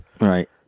Right